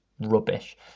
rubbish